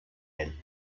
ell